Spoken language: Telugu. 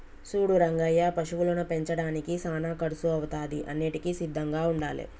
సూడు రంగయ్య పశువులను పెంచడానికి సానా కర్సు అవుతాది అన్నింటికీ సిద్ధంగా ఉండాలే